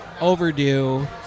Overdue